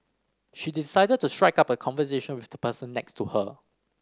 she decided to strike up a conversation with the person next to her